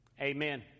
Amen